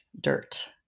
dirt